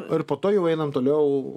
ir po to jau einam toliau